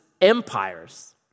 empires